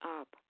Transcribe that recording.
up